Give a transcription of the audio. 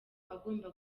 agomba